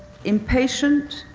impatient,